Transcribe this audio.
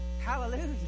Hallelujah